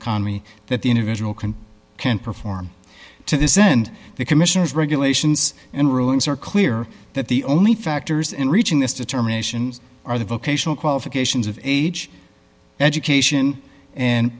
economy that the individual can can perform to descend the commission's regulations and rulings are clear that the only factors in reaching this determination are the vocational qualifications of age education and